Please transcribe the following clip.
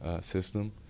system